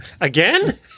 Again